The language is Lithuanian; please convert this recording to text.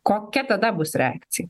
kokia tada bus reakcija